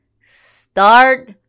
start